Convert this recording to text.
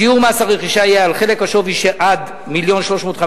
שיעור מס הרכישה יהיה: על חלק השווי של עד 1.35 מיליון ש"ח,